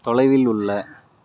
தொலைவில் உள்ள